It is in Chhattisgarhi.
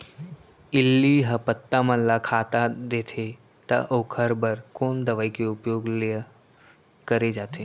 इल्ली ह पत्ता मन ला खाता देथे त ओखर बर कोन दवई के उपयोग ल करे जाथे?